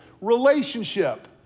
relationship